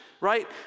right